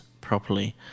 properly